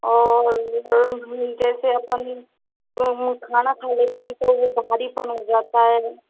और जैसे अपन खाना खा लेते हैं तो वो भारी पन हो जाता है